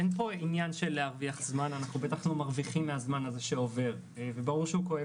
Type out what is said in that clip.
אין פה עניין של להרוויח זמן וברור שהאסון כואב לכולנו.